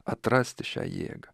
atrasti šią jėgą